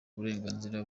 uburenganzira